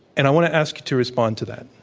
and i want to ask you to respond to that.